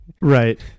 Right